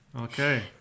Okay